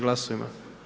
Glasujmo.